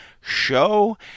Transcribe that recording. show